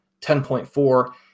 10.4